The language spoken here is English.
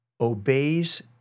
obeys